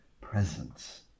presence